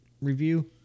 review